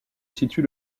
situe